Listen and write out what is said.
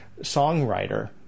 songwriter